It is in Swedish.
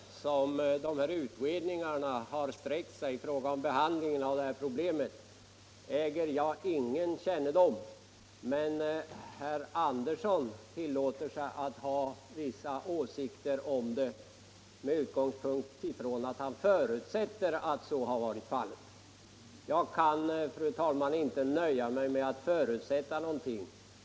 Fru talman! Jag äger ingen kännedom om till vilket djup dessa utredningar har sträckt sig i fråga om behandlingen av frågan om äganderätt till lägenhet i flerfamiljshus. Men herr Andersson i Södertälje tillåter sig ha vissa åsikter om det med utgångspunkt i vad han själv förutsätter. Jag kan, fru talman, inte nöja med mig med att förutsätta någonting.